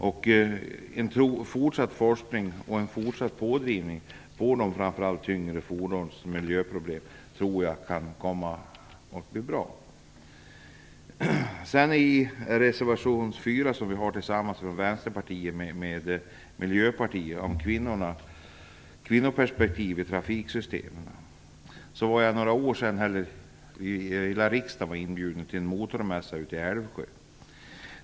Jag tror att det kan komma att bli bra med en fortsatt forskning och att man driver på i frågan om miljöproblemen med tyngre fordon. Miljöpartiet. Det gäller kvinnoperspektivet i trafiksystemen. För några år sedan var hela riksdagen inbjuden till en motormässa i Älvsjö.